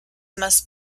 must